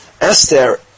Esther